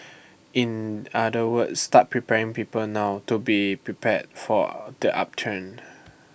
in other words start preparing people now to be prepared for the upturn